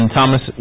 Thomas